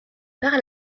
par